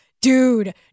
Dude